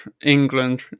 England